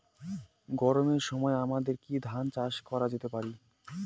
গরমের সময় আমাদের কি ধান চাষ করা যেতে পারি?